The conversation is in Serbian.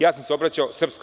Ja sam se obraćao SNS.